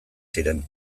ziren